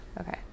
Okay